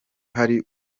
hari